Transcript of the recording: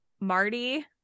Marty